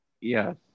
Yes